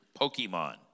Pokemon